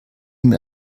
mir